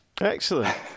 Excellent